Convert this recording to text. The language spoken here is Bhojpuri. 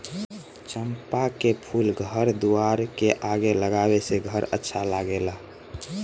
चंपा के फूल घर दुआर के आगे लगावे से घर अच्छा लागेला